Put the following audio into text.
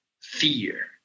fear